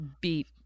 beat